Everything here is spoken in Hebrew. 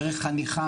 דרך חניכה.